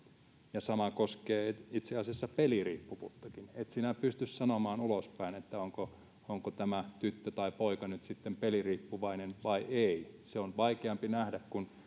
sama koskee itse asiassa peliriippuvuuttakin et pysty sanomaan ulospäin onko onko tämä tyttö tai poika nyt sitten peliriippuvainen vai ei se on vaikeampi nähdä kuin